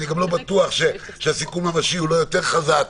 אני גם לא בטוח שסיכון ממשי הוא לא יותר חזק.